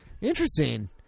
Interesting